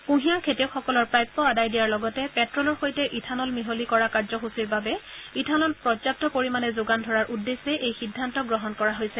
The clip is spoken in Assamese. কূঁহিয়াৰ খেতিয়কসকলৰ প্ৰাপ্য আদায় দিয়াৰ লগতে প্টে'লৰ সৈতে ইথানল মিহলি কৰা কাৰ্যসূচীৰ বাবে ইথানল পৰ্যাপ্ত পৰিমাণে যোগান ধৰাৰ উদ্দেশ্যে এই সিদ্ধান্ত গ্ৰহণ কৰা হৈছে